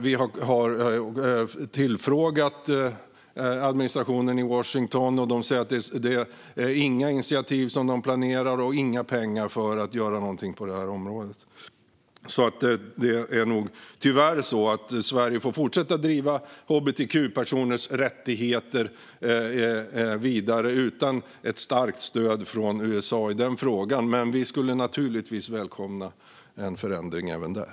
Vi har frågat administrationen i Washington, och de säger att de inte planerar några initiativ och att det inte kommer några pengar för att göra någonting på det här området. Det är nog tyvärr så att Sverige får fortsätta att driva hbtq-personers rättigheter vidare utan ett starkt stöd från USA. Men vi skulle naturligtvis välkomna en förändring även där.